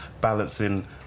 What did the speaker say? balancing